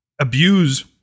abuse